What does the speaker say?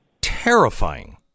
terrifying